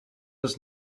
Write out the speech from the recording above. just